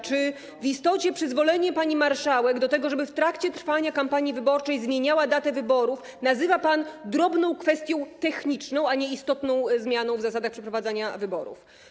Czy w istocie przyzwolenie pani marszałek, żeby w trakcie trwania kampanii wyborczej zmieniała datę wyborów, nazywa pan drobną kwestią techniczną, a nie istotną zmianą w zasadach przeprowadzania wyborów?